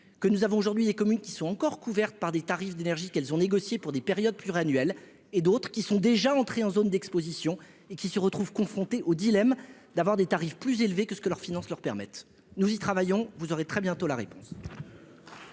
que nous avons aujourd'hui communes qui sont encore couvertes par des tarifs d'énergie qu'elles ont négocié pour des périodes plus et d'autres qui sont déjà entrés en zone d'Exposition et qui se retrouvent confrontés au dilemme d'avoir des tarifs plus élevés que ce que leur financent leur permettent, nous y travaillons, vous aurez très bientôt la réponse.